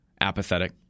apathetic